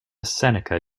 seneca